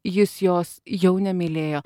jis jos jau nemylėjo